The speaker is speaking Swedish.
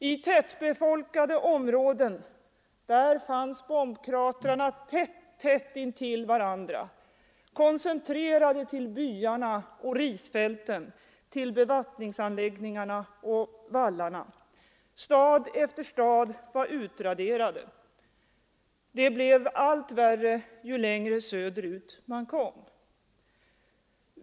I tättbefolkade områden fanns bombkratrarna tätt, tätt intill varandra, koncentrerade till byarna och risfälten, till bevattningsanläggningarna och vallarna. Stad efter stad var utraderad. Det blev allt värre ju längre söderut man kom.